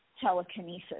telekinesis